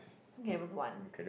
Gabriel's one